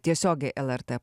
tiesiogiai lrt